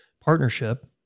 partnership